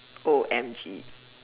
O_M_G